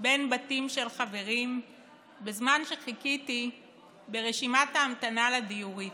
בין בתים של חברים בזמן שחיכיתי ברשימת ההמתנה לדיורית.